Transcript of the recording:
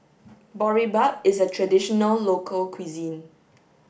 Boribap is a traditional local cuisine